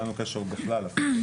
אין לנו קשר בכלל אפילו.